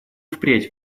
впредь